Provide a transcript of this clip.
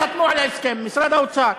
שר האוצר,